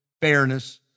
fairness